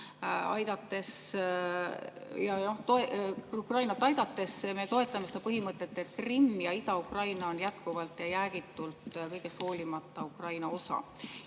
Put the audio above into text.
Ukrainat. Ukrainat aidates me toetame seda põhimõtet, et Krimm ja Ida-Ukraina on jätkuvalt ja jäägitult kõigest hoolimata Ukraina osa.